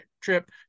trip